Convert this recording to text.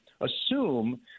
assume